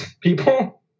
people